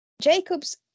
Jacob's